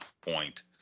point